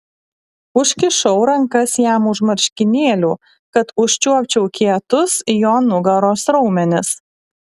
užkišau rankas jam už marškinėlių kad užčiuopčiau kietus jo nugaros raumenis